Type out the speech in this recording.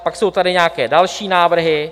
Pak jsou tady nějaké další návrhy.